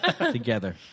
together